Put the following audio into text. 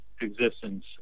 existence